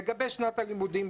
לגבי שנת הלימודים,